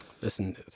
listen